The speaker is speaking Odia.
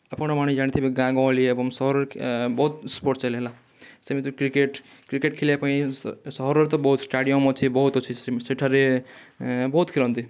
ଆପଣ ମାନେ ଜାଣିଥିବେ ଗାଁ ଗହଳି ଏବଂ ସହରରେ ବହୁତ ସ୍ପୋର୍ଟଡ୍ସ ଚାଲେ ହେଲା ସେମିତି ରେ କ୍ରିକେଟ୍ କ୍ରିକେଟ୍ ଖେଲିବା ପାଇଁ ସହରରେ ତ ବହୁତ ଷ୍ଟାଡ଼ିୟମ୍ ଅଛି ବହୁତ ଅଛି ସେଠାରେ ବହୁତ ଖେଲନ୍ତି